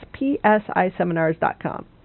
psiseminars.com